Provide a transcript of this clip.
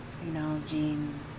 Acknowledging